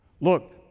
Look